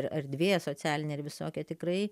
erdvė socialinė ir visokie tikrai